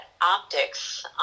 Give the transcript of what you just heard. optics